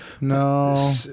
No